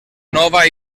nova